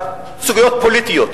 בסוגיות פוליטיות.